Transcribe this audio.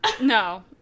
No